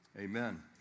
Amen